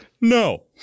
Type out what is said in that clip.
no